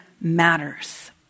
matters